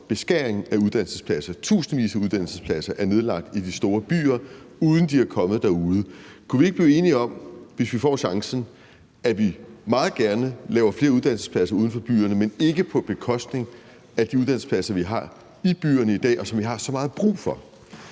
beskæring af uddannelsespladser. Tusindvis af uddannelsespladser er nedlagt i de store byer, uden at de er kommet derude. Kunne vi ikke blive enige om, hvis vi får chancen, at vi meget gerne laver flere uddannelsespladser uden for byerne, men ikke på bekostning af de uddannelsespladser, vi har i byerne i dag, og som vi har så meget brug for?